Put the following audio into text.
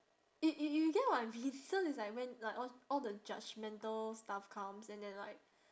you you you get what I mean so it's like when like all all the judgemental stuff comes and then like